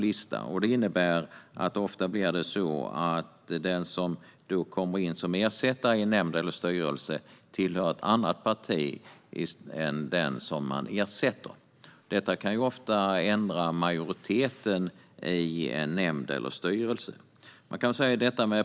Det innebär att det ofta blir så att den som kommer in som ersättare i en nämnd eller styrelse tillhör ett annat parti än den som ersätts. Detta kan ofta ändra majoriteten i en nämnd eller en styrelse.